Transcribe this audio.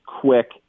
quick